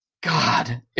God